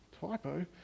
typo